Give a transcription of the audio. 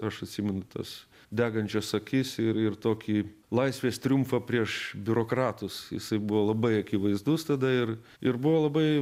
aš atsimenu tas degančias akis ir ir tokį laisvės triumfą prieš biurokratus jisai buvo labai akivaizdus tada ir ir buvo labai